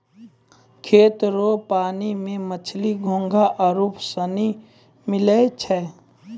खेत रो पानी मे मछली, घोंघा आरु सनी मिलै छै